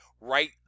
right